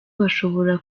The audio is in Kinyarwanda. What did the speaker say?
bashobora